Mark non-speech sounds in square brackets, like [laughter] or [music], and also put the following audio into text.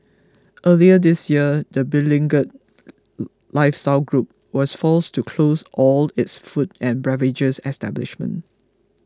earlier this year the beleaguered [unintelligible] lifestyle group was forced to close all its food and beverage establishments